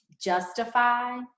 justify